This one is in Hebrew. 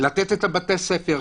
לתת את בתי הספר,